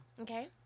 Okay